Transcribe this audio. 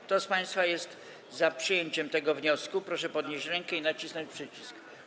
Kto z państwa posłów jest za przyjęciem tego wniosku, proszę podnieść rękę i nacisnąć przycisk.